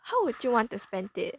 how would you want to spend it